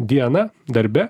dieną darbe